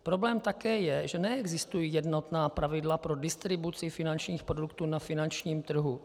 Problém také je, že neexistují jednotná pravidla pro distribuci finančních produktů na finančním trhu.